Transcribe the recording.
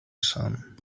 son